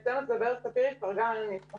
בפתח דבריי אני אדגיש שההתייחסות שלנו אני